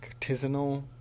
artisanal